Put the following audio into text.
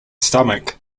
stomach